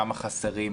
כמה חסרים,